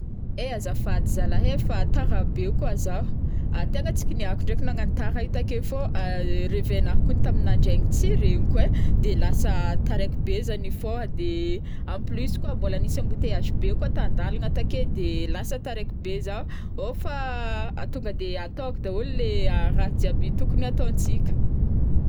Ai azafady zalahy ai fa tara be koa Zaho, tegna tsy kiniako ndraiky nagnano tara io také fao réveil nahy koun tamin' nandraign tsy regnyiko ai de lasa taraiky be zah nifaoha de en plus koa mbola nisy embouteillages be kao t' andalagna také de lasa taraiky be Zaho, ao fa tonga de ataoko dahôlo le ah raha jiaby tokony ataontsika.